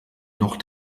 noch